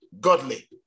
Godly